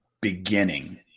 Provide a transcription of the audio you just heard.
beginning